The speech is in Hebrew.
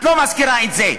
את לא מזכירה את זה.